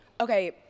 Okay